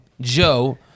Joe